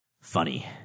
Funny